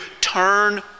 turn